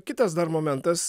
kitas dar momentas